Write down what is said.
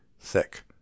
thick